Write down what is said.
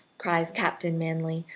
cries captain manly,